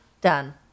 Done